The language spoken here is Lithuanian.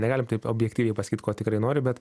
negalim taip objektyviai pasakyt ko tikrai nori bet